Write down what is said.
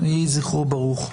יהי זכרו ברוך.